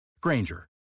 Granger